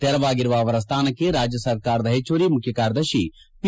ತೆರವಾಗಲಿರುವ ಅವರ ಸ್ಥಾನಕ್ಕೆ ರಾಜ್ಯ ಸರ್ಕಾರದ ಹೆಚ್ಚುವರಿ ಮುಖ್ಯ ಕಾರ್ಯದರ್ಶಿ ಪಿ